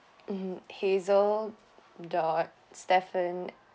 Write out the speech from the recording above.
hmm hazel dot stephen